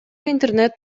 интернет